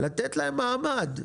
לתת להם מעמד,